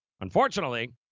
Unfortunately